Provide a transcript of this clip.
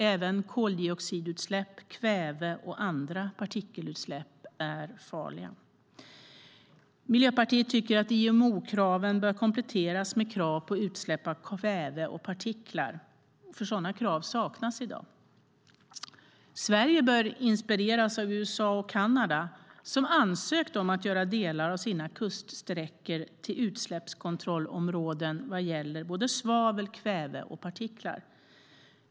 Även koldioxidutsläpp, kväve och andra partikelutsläpp är farliga. Miljöpartiet tycker att IMO-kraven bör kompletteras med krav på utsläpp av kväve och partiklar. Sådana krav saknas i dag. Sverige bör inspireras av USA och Kanada, som ansökt om att göra delar av sina kuststräckor till utsläppskontrollområden vad gäller svavel, kväve och partiklar.